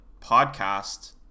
podcast